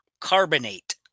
carbonate